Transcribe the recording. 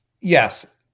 Yes